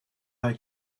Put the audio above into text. they